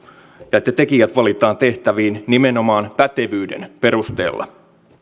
ja että tekijät valitaan tehtäviin nimenomaan pätevyyden perusteella